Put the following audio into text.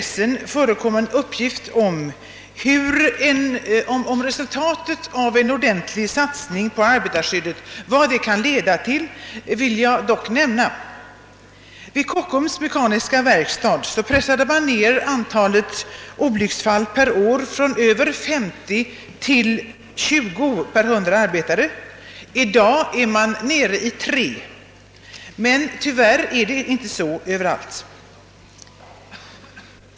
Jag vill också redovisa en uppgift, som nyligen förekommit i pressen, om vad en ordentlig satsning på arbetarskyddet kan leda till. Vid Kockums mekaniska verkstad pressade man ned antalet olycksfall per år från över 50 till 20 per 100 arbetare. I dag är man nere i 3, men tyvärr förhåller det sig inte så överallt.